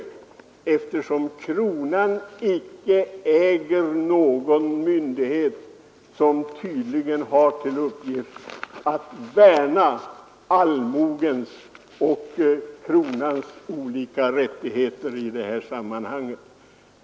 Det finns tydligen icke någon myndighet som har till uppgift att värna allmogens och kronans olika rättigheter i detta sammanhang.